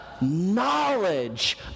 knowledge